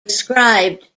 described